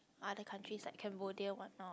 other country like Cambodia whatnot